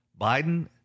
Biden